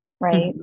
right